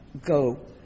go